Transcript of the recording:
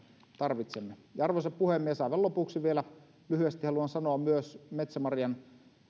tarvitsemme sinne välttämättä työvoimaa arvoisa puhemies aivan lopuksi vielä lyhyesti haluan sanoa myös metsämarjan